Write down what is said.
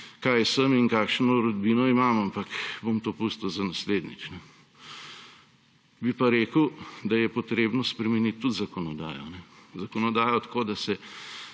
kaj sem in kakšno rodbino imam, ampak bom to pustil za naslednjič. Bi pa rekel, da je potrebno spremeniti tudi zakonodajo, zakonodajo tako, da se